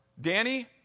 Danny